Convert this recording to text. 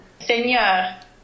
Seigneur